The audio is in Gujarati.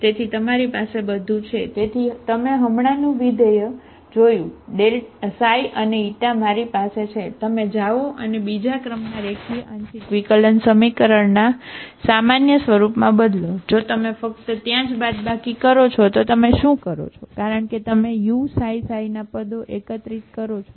તેથી તમારી પાસે બધું છે તેથી તમે હમણાંનું વિધેય જોયું અને મારી પાસે છે તમે જાઓ અને બીજા ક્રમના રેખીય આંશિક વિકલન સમીકરણ કરો છો તો તમે શું કરો છો કારણ કે તમે uξξ ના પદો એકત્રિત કરો છો